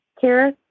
Kara